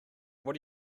are